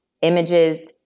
images